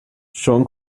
jean